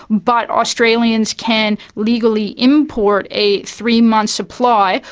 but australians can legally import a three-month supply,